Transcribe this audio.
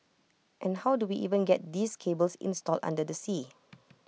and how do we even get these cables installed under the sea